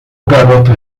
garoto